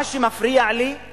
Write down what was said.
מה שמפריע לי הוא